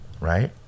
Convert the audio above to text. right